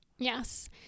Yes